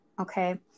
Okay